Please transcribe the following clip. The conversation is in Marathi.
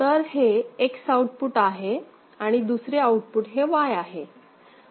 तर हे X आउटपुट आहे आणि दुसरे आउटपुट हे Y आहे